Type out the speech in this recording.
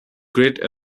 great